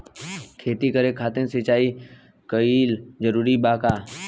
खेती करे खातिर सिंचाई कइल जरूरी बा का?